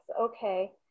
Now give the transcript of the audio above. okay